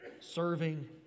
serving